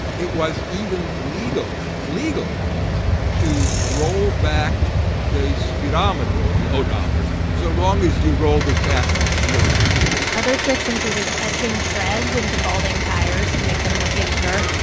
it was even legal legal to roll back the speedometer or the odometer so long as you rolled it back to zero other tricks included etching treads into balding tires to make them look younger,